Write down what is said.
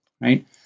right